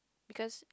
because